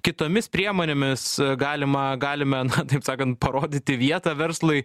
kitomis priemonėmis galima galime taip sakant parodyti vietą verslui